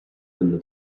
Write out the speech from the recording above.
than